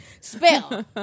spell